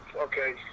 okay